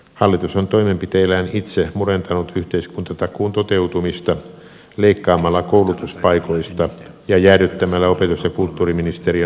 hallitus on toimenpiteillään itse murentanut yhteiskuntatakuun toteutumista leikkaamalla koulutuspaikoista ja jäädyttämällä opetus ja kulttuuriministeriön valtionosuusindeksit